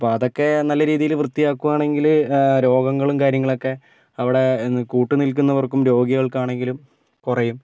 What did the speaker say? അപ്പോൾ അതൊക്കെ നല്ല രീതിയില് വൃത്തിയാക്കുവാണെങ്കില് ആ രോഗങ്ങളും കാര്യങ്ങളുമൊക്കെ അവിടെ നി കൂട്ട് നിൽക്കുന്നവർക്കും രോഗികൾക്കാണെങ്കിലും കുറയും